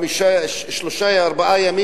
שלושה-ארבעה ימים,